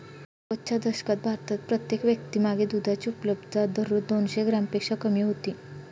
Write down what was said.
नव्वदच्या दशकात भारतात प्रत्येक व्यक्तीमागे दुधाची उपलब्धता दररोज दोनशे ग्रॅमपेक्षा कमी होती